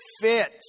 fits